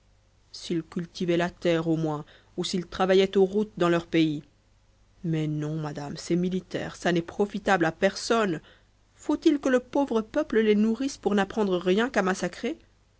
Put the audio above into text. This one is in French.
s'ils cultivaient la terre au moins ou s'ils travaillaient aux routes dans leur pays mais non madame ces militaires ça n'est profitable à personne faut-il que le pauvre peuple les nourrisse pour n'apprendre rien qu'à massacrer